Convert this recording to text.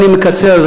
אני מקצר,